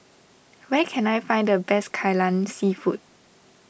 where can I find the best Kai Lan Seafood